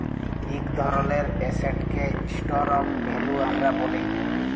ইক ধরলের এসেটকে স্টর অফ ভ্যালু আমরা ব্যলি